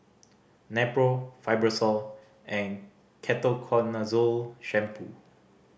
Nepro Fibrosol and Ketoconazole Shampoo